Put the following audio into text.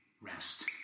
rest